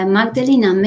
Magdalena